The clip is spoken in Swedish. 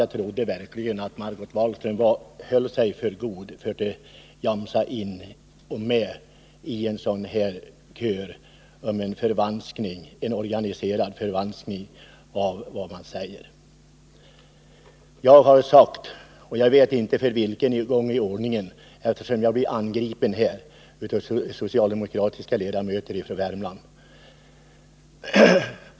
Jag trodde verkligen att Margot Wallström höll sig för god för att jamsa med i kören av organiserade förvanskningar av mina yttranden. Jag vet inte för vilken gång i ordningen som jag blir angripen här av socialdemokratiska ledamöter från Värmland.